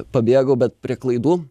pabėgau bet prie klaidų